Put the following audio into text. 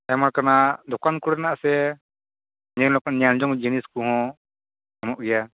ᱟᱭᱢᱟ ᱠᱟᱱᱟᱜ ᱫᱚᱠᱟᱱ ᱠᱚᱨᱮᱱᱟᱜ ᱥᱮ ᱧᱮᱞᱚᱠ ᱧᱮᱞᱡᱚᱝ ᱡᱤᱱᱤᱥ ᱠᱚᱦᱚᱸ ᱧᱟᱢᱚᱜ ᱜᱮᱭᱟ